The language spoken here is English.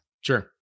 Sure